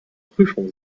prüfung